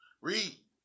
Read